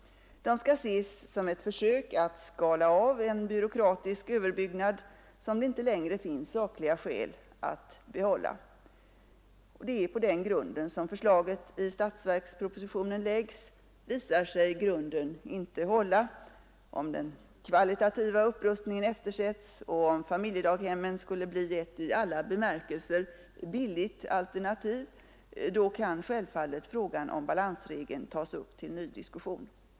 De skall ses som ett försök att skala av en byråkratisk överbyggnad som det inte längre finns sakliga skäl att behålla. Det är på den grunden som förslaget i statsverkspropositionen läggs. Visar sig grunden inte hålla — om den kvalitativa upprustningen eftersätts och om familjedaghemmen skulle bli ett i alla bemärkelser billigt alternativ — kan självfallet frågan om balansregeln tas upp till ny diskussion.